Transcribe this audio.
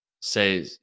Say